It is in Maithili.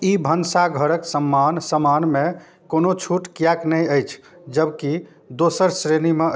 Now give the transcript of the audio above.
ई भनसाघरके समान समानमे कोनो छूट किएक नहि अछि जबकि दोसर श्रेणीमे